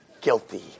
guilty